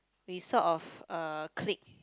we sort of uh click